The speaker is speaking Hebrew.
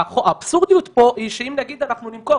האבסורד פה הוא שאם אנחנו נמכור,